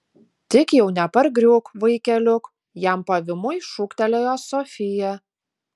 tik jau nepargriūk vaikeliuk jam pavymui šūktelėjo sofija